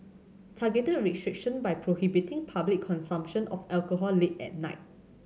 targeted restriction by prohibiting public consumption of alcohol late at night